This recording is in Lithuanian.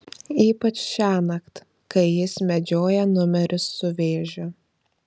ypač šiąnakt kai jis medžioja numerius su vėžiu